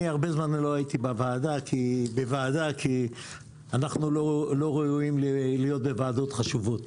אני הרבה זמן לא הייתי בוועדה כי אנחנו לא ראויים להיות בוועדות חשובות,